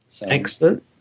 Excellent